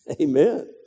Amen